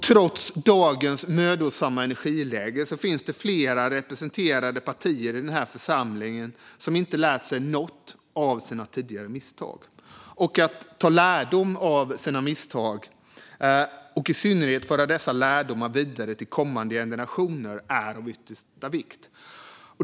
Trots dagens mödosamma energiläge finns det flera representerade partier i denna församling som inte har lärt sig något av sina tidigare misstag. Att dra lärdom av sina misstag och i synnerhet att föra dessa lärdomar vidare till kommande generationer är av yttersta vikt.